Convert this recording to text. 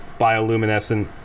bioluminescent